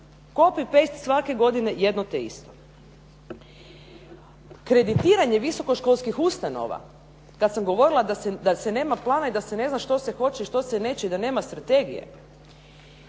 Copy paste, svake godine jedno te isto. Kreditiranje visokoškolskih ustanova, kad sam govorila da se nema plana i da se ne zna što se hoće a što se neće, da nema strategije.